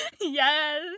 Yes